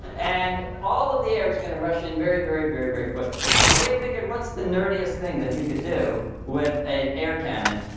and all of the air going to rush in very, very, very, very quickly. so we figured, what's the nerdiest thing that you could do with an air cannon,